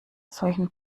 solchen